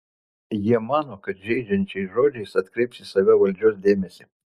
jie mano kad žeidžiančiais žodžiais atkreips į save valdžios dėmesį